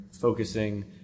focusing